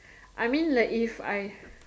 I mean like if I